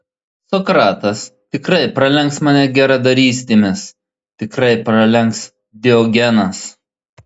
sokratas tikrai pralenks mane geradarystėmis tikrai pralenks diogenas